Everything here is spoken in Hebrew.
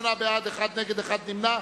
בעד, 78, אחד נגד, אחד נמנע.